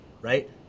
right